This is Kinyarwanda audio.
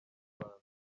rwanda